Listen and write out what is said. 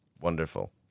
Wonderful